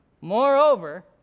Moreover